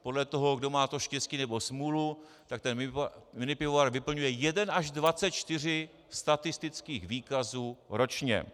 Podle toho, kdo má to štěstí nebo smůlu, tak ten minipivovar vyplňuje jeden až 24 statistických výkazů ročně.